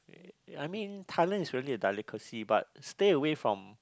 ya I mean Thailand is really a delicacy but stay away from